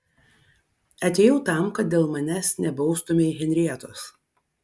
atėjau tam kad dėl manęs nebaustumei henrietos